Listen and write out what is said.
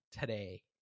today